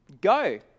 go